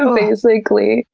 ah basically.